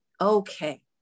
Okay